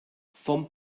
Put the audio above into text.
vom